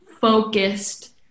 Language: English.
focused